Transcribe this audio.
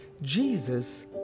Jesus